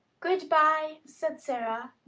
good-bye, said sara.